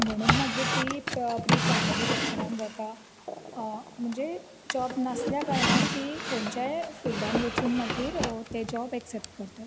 म्हणून मागीर ती प प्री प्राईमेरी सेक्शनान वता म्हणजे जोब नासल्या कारणान ती खंयच्याय फिल्डान वचून मागीर ती जॉब ऐकसेप्ट करतात